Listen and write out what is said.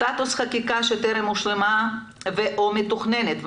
סטטוס חקיקה שטרם הושלמה ו/או מתוכננת,